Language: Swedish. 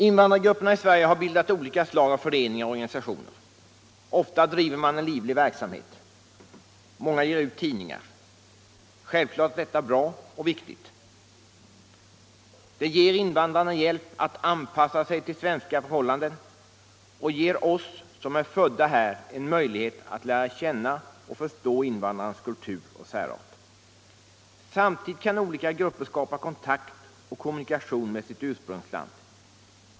Invandrargrupperna i Sverige har bildat olika slag av föreningar och organisationer. Ofta bedriver man en livlig verksamhet. Många ger ut tidningar. Självklart är detta bra och viktigt. Det ger invandrarna hjälp att anpassa sig till svenska förhållanden och ger oss som är födda här möjlighet att lära känna och förstå invandrarnas kultur och särart. Samtidigt kan olika grupper skapa kontakt och kommunikation med sitt ursprungsland.